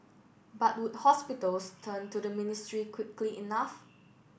but would hospitals turn to the ministry quickly enough